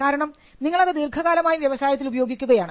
കാരണം നിങ്ങളത് ദീർഘകാലമായി വ്യവസായത്തിൽ ഉപയോഗിക്കുകയാണ്